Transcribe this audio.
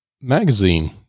Magazine